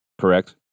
correct